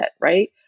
right